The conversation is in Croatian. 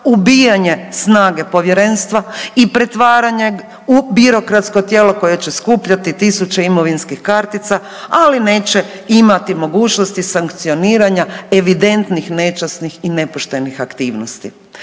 ubijanje snage Povjerenstva i pretvaranje u birokratsko tijelo koje će skupljati tisuće imovinskih kartica, ali neće imati mogućnosti sankcioniranja evidentnih nečasnih i nepoštenih aktivnosti.